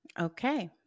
Okay